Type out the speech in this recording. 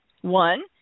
One